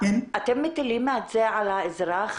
אתם מטילים את זה על האזרח,